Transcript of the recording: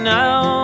now